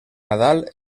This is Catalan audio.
nadal